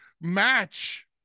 match